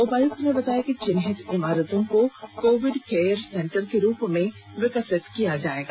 उपायुक्त ने बताया कि चिन्हित इमारतों को कोविड केयर सेंटर के रूप में विकसित किया जाएगा